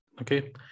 okay